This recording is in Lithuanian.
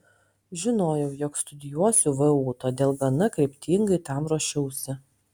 žinojau jog studijuosiu vu todėl gana kryptingai tam ruošiausi